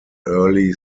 early